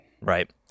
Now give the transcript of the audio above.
right